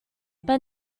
but